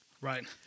Right